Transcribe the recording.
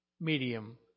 medium